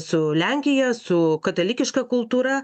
su lenkija su katalikiška kultūra